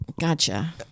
Gotcha